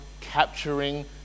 capturing